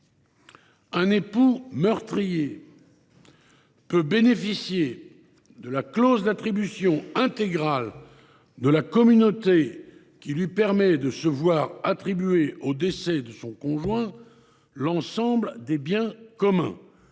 un époux meurtrier peut bénéficier de la clause d’attribution intégrale de la communauté qui lui permet de jouir de la pleine propriété, au décès de son conjoint, de l’ensemble des biens communs.